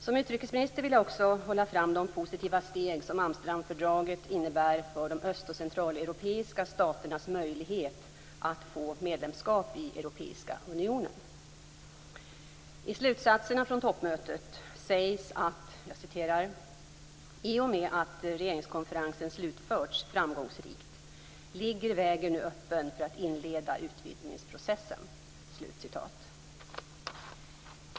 Som utrikesminister vill jag också hålla fram de positiva steg som Amsterdamfördraget innebär för de öst och centraleuropeiska staternas möjlighet att få medlemskap i Europeiska unionen. I slutsatserna från toppmötet sägs att "i och med att regeringskonferensen slutförts framgångsrikt ligger vägen nu öppen för att inleda utvidgningsprocessen."